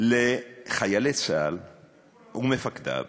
לחיילי צה"ל ומפקדיו